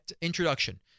introduction